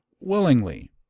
willingly